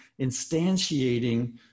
instantiating